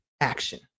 action